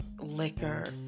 liquor